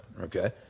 okay